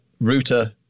router